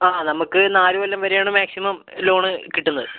നമുക്ക് നാല് കൊല്ലം വരെ ആണ് മാക്സിമം ലോണ് കിട്ടുന്നത്